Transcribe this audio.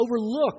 overlook